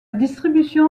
distribution